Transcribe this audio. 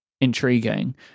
intriguing